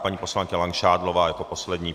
Paní poslankyně Langšádlová jako poslední.